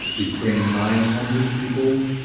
we've trained nine hundred people.